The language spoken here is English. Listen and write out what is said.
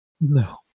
No